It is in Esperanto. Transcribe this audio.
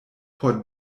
por